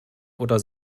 oder